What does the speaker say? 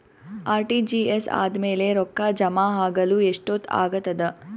RTGS ಆದ್ಮೇಲೆ ರೊಕ್ಕ ಜಮಾ ಆಗಲು ಎಷ್ಟೊತ್ ಆಗತದ?